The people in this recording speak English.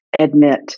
admit